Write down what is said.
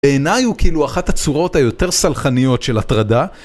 בעיני הוא כאילו אחת הצורות היותר סלחניות של הטרדה.